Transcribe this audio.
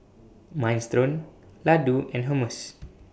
Minestrone Ladoo and Hummus